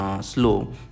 slow